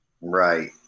right